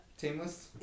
Teamless